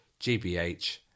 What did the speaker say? GBH